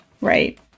right